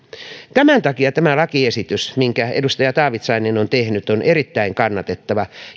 tämän takia tämä lakiesitys minkä edustaja taavitsainen on tehnyt on erittäin kannatettava